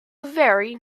very